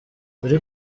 kuri